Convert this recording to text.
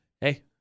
Hey